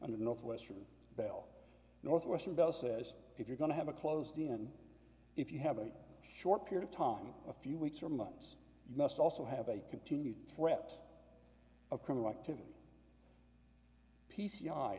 and northwestern bell northwestern bell says if you're going to have a closed in if you have a short period of time a few weeks or months you must also have a continued threat of criminal activity p